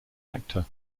actor